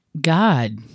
God